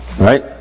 right